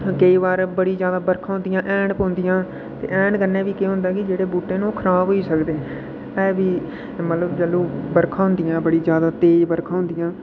केईं बार बड़ी जैदा बर्खा होंदियां न ते एैह्न पौंदी ऐ न ते एैह्न कन्नै बी केह् होंदा कि जेह्ड़े बूह्टे न ओह् खराब होई सकदे एह् बी मतलब जैल्लूं बर्खा होंदियां बड़ी जैदा तेज बर्खा होंदियां